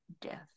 death